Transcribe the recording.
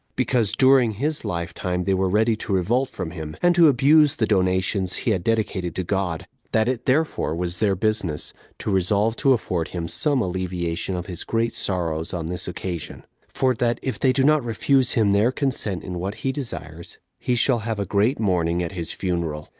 because during his lifetime they were ready to revolt from him, and to abuse the donations he had dedicated to god that it therefore was their business to resolve to afford him some alleviation of his great sorrows on this occasion for that if they do not refuse him their consent in what he desires, he shall have a great mourning at his funeral,